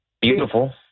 Beautiful